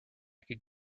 could